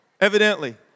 evidently